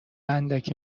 اندکی